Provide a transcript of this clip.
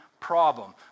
problem